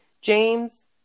James